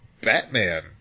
Batman